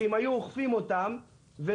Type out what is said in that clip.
שאם היו אוכפים אותן כמו שצריך,